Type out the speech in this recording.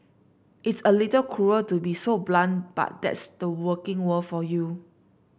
it's a little cruel to be so blunt but that's the working world for you